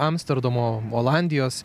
amsterdamo olandijos